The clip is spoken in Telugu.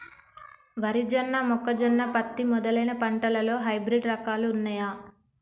వరి జొన్న మొక్కజొన్న పత్తి మొదలైన పంటలలో హైబ్రిడ్ రకాలు ఉన్నయా?